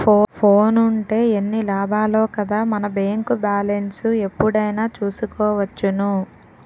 ఫోనుంటే ఎన్ని లాభాలో కదా మన బేంకు బాలెస్ను ఎప్పుడైనా చూసుకోవచ్చును